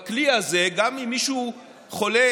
בכלי הזה, גם אם מישהו חולה,